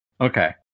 Okay